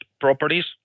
properties